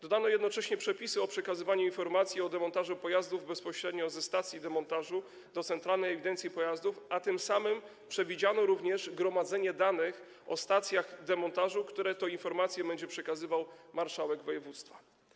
Dodano jednocześnie przepisy o przekazywaniu informacji o demontażu pojazdów bezpośrednio ze stacji demontażu do centralnej ewidencji pojazdów, a tym samym przewidziano także gromadzenie danych o stacjach demontażu, które to informacje będzie przekazywał marszałek województwa.